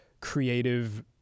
creative